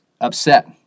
upset